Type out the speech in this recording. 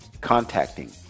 contacting